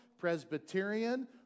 Presbyterian